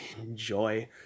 enjoy